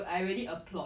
my two years